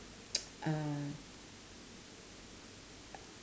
uh